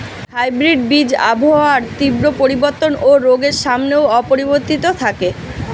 hybrid বীজ আবহাওয়ার তীব্র পরিবর্তন ও রোগের সামনেও অপরিবর্তিত থাকে